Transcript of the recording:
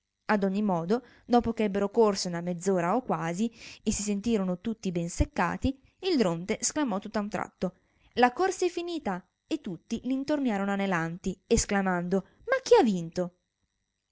ad ogni modo dopo che ebbero corso una mezz'ora o quasi e si sentirono tutti ben seccati il dronte sclamò tutt'a un tratto la corsa è finita e tutti l'intorniarono anelanti e sclamando ma chi ha vinto